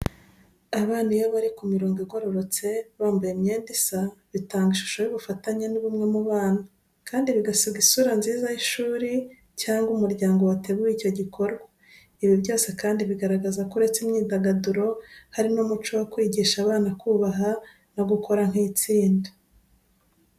Abana iyo bari ku mirongo igororotse bambaye imyenda isa, bitanga ishusho y’ubufatanye n'ubumwe mu bana, kandi bigasiga isura nziza y'ishuri cyangwa umuryango wateguye icyo gikorwa. Ibi byose kandi bigaragaza ko uretse imyidagaduro, hari n'umuco wo kwigisha abana kubaha no gukora nk'itsinda.